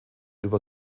über